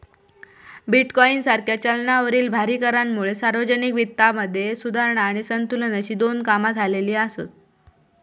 bitcoin सारख्या चलनावरील भारी करांमुळे सार्वजनिक वित्तामध्ये सुधारणा आणि संतुलन अशी दोन्ही कामा झालेली आसत